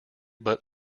but